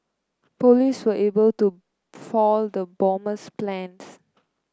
police were able to foil the bomber's plans